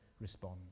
respond